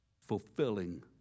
Fulfilling